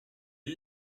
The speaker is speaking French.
est